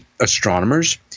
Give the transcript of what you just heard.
astronomers